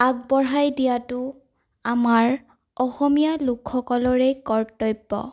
আগবঢ়াই দিয়াতো আমাৰ অসমীয়া লোকসকলৰে কৰ্তব্য